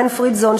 אלן פרידזון,